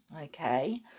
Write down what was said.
okay